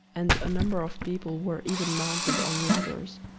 and a number of people were even mounted on ladders,